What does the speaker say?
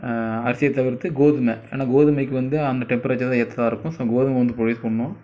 அரிசியைத் தவிர்த்து கோதுமை ஏன்னா கோதுமைக்கு வந்து அந்த டெம்ப்பரேச்சர் தான் ஏற்றதா இருக்கும் ஸோ கோதுமை வந்து புரொடியூஸ் பண்ணுவோம்